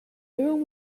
room